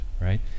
right